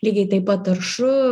lygiai taip pat taršu